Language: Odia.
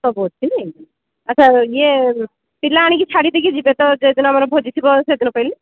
ସବୁ ଅଛି ନାଇଁ ଆଚ୍ଛା ଇଏ ପିଲା ଆଣିକି ଛାଡ଼ି ଦେଇକି ଯିବେ ତ ଯେଦିନ ଆମର ଭୋଜି ଥିବ ସେଦିନ କହିଲେ